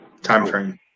timeframe